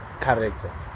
character